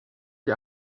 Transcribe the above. die